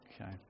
Okay